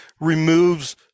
removes